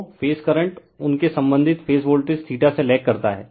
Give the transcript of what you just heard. तो phase current उनके संबंधित फेज वोल्टेज से लेग करता है